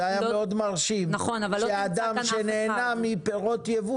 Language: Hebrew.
זה היה מאוד מרשים שאדם שנהנה מפירות ייבוא